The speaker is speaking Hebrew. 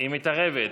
היא מתערבת.